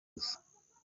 gusa